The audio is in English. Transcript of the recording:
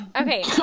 okay